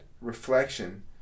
reflection